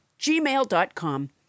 gmail.com